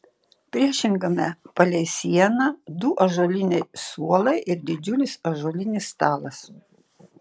priešingame palei sieną du ąžuoliniai suolai ir didžiulis ąžuolinis stalas